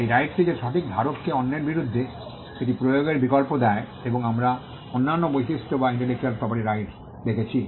এই রাইটসটি যে সঠিক ধারককে অন্যের বিরুদ্ধে এটি প্রয়োগের বিকল্প দেয় এবং আমরা অন্যান্য বৈশিষ্ট্য বা ইন্টেলেকচুয়াল প্রপার্টি রাইটস দেখেছি